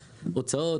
הוצאות,